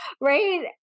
Right